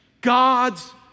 God's